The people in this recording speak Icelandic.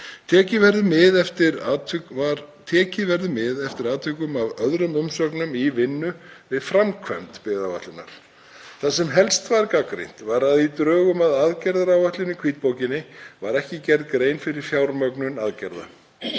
Tekið verður mið eftir atvikum af öðrum umsögnum í vinnu við framkvæmd byggðaáætlunar. Það sem helst var gagnrýnt var að í drögum að aðgerðaáætlun í hvítbókinni var ekki gerð grein fyrir fjármögnun aðgerða.